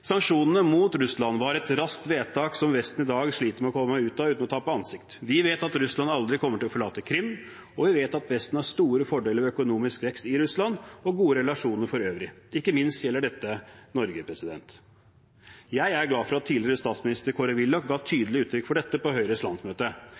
Sanksjonene mot Russland var et raskt vedtak som Vesten i dag sliter med å komme ut av uten å tape ansikt. Vi vet at Russland aldri kommer til å forlate Krim, og vi vet at Vesten har store fordeler ved økonomisk vekst i Russland og gode relasjoner for øvrig. Ikke minst gjelder dette Norge. Jeg er glad for at tidligere statsminister Kåre Willoch ga